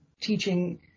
teaching